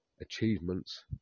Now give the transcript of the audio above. achievements